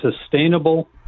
sustainable